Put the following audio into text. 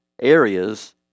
areas